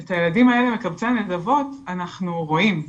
שאת הילדים האלה, מקבצי הנדבות, אנחנו רואים.